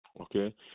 Okay